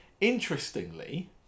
Interestingly